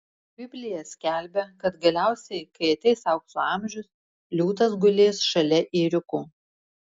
biblija skelbia kad galiausiai kai ateis aukso amžius liūtas gulės šalia ėriuko